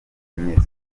impiswi